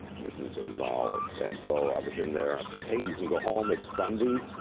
mrs. gonzales. and so i was in there, and i said, hey, you can go home. it's sunday.